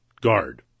guard